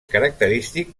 característic